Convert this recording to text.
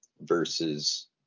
versus